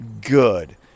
good